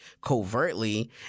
covertly